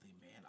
man